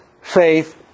faith